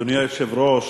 אדוני היושב-ראש,